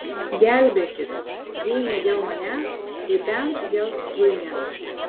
gelbėkis jei ne dėl manęs tai bent dėl džeinės